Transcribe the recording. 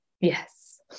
Yes